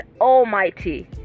almighty